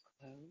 close